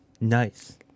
Nice